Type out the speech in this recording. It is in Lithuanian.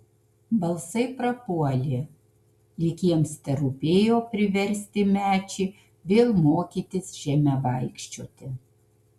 balsai prapuolė lyg jiems terūpėjo priversti mečį vėl mokytis žeme vaikščioti